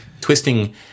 twisting